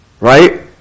right